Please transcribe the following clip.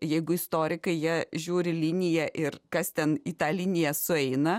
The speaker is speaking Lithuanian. jeigu istorikai jie žiūri liniją ir kas ten į tą liniją sueina